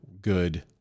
good